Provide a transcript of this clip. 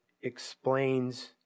explains